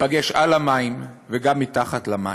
ניפגש על המים, וגם מתחת למים.